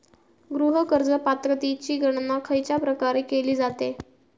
गृह कर्ज पात्रतेची गणना खयच्या प्रकारे केली जाते?